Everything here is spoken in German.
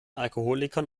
alkoholikern